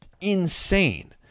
insane